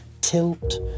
tilt